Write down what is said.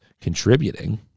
contributing